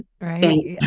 Right